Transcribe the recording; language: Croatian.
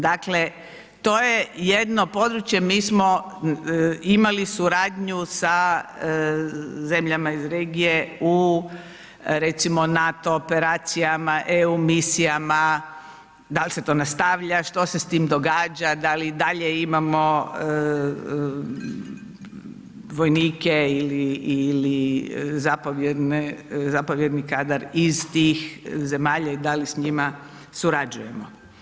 Dakle, to je jedno područje, mi smo imali suradnju sa zemljama iz regije u, recimo NATO operacijama, EU misijama, dal se to nastavlja, što se s tim događa, dal i dalje imamo vojnike ili zapovjedni kadar iz tih zemalja i da li s njima surađujemo?